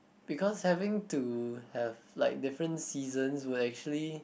because having to have like different season will actually